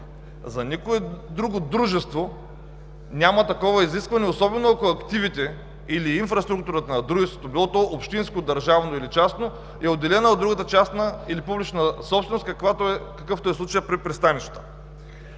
За никое друго дружество няма такова изискване, особено ако активите или инфраструктурата на дружеството, било то общинско, държавно или частно, е отделено от другата частна или публична собственост, какъвто е случаят при пристанищата.